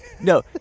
No